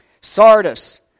Sardis